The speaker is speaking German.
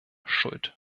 schuld